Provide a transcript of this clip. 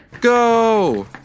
go